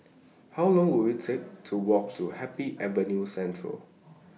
How Long Will IT Take to Walk to Happy Avenue Central